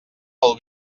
del